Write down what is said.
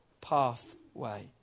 pathway